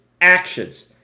actions